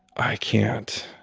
i can't.